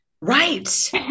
right